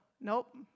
nope